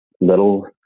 little